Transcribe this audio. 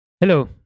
Hello